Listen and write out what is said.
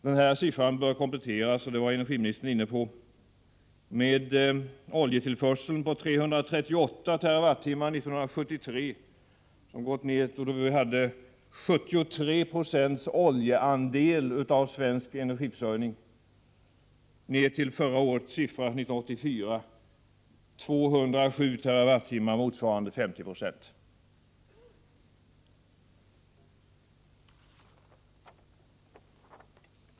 De nämnda siffrorna bör kompletteras — energiministern var inne på det — med oljetillförseln på 338 TWh år 1973, då oljans andel av svensk energiförsörjning var 73 90. Den har nu gått ner till 207 TWh, motsvarande 50 20, år 1984.